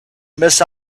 miss